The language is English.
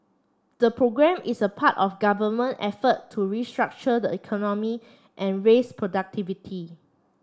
the programme is a part of government effort to restructure the economy and raise productivity